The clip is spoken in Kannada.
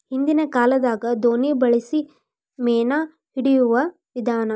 ಹಿಂದಿನ ಕಾಲದಾಗ ದೋಣಿ ಬಳಸಿ ಮೇನಾ ಹಿಡಿಯುವ ವಿಧಾನಾ